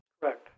Correct